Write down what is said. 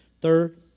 Third